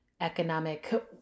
economic